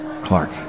Clark